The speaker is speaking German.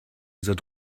dieser